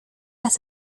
las